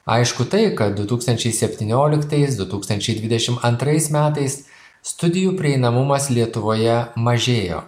aišku tai kad du tūkstančiai septynioliktais du tūkstančiai dvidešim antrais metais studijų prieinamumas lietuvoje mažėjo